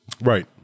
Right